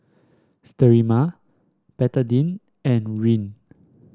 Sterimar Betadine and Rene